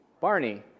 Barney